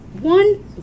one